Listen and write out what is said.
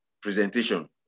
presentation